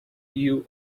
you